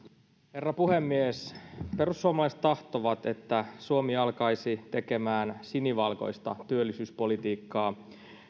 herra puhemies perussuomalaiset tahtovat että suomi alkaisi tekemään sinivalkoista työllisyyspolitiikkaa